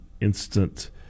instant